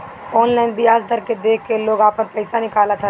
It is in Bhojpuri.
ऑनलाइन बियाज दर के देख के लोग आपन पईसा निकालत हवे